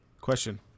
Question